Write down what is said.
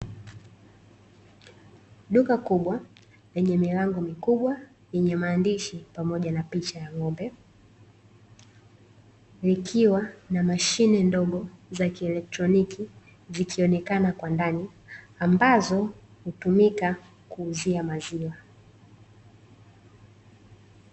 Duka kubwa lenye milango mikubwa yenye maandishi pamoja na picha ya ngo'mbe, likiwa na mashine ndogo za kieletroniki zikionekana kwa ndani ambazo hutumika kuuzia maziwa.